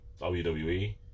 WWE